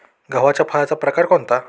गव्हाच्या फळाचा प्रकार कोणता?